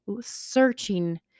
searching